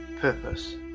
purpose